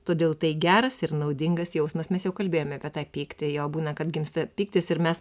todėl tai geras ir naudingas jausmas mes jau kalbėjome apie tą pyktį jo būna kad gimsta pyktis ir mes